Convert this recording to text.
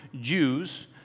Jews